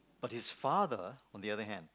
but his father on the other hand